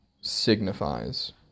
signifies